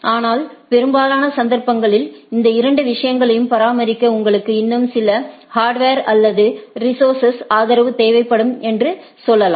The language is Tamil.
ஆனால் பெரும்பாலான சந்தர்ப்பங்களில் இந்த இரண்டு விஷயங்களையும் பராமரிக்க உங்களுக்கு இன்னும் சில ஹார்ட்வர்அல்லது ரிஸோர்ஸ்களின் ஆதரவு தேவைப்படும் என்று சொல்லலாம்